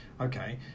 okay